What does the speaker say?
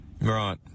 Right